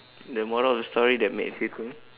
the moral of the story that made you think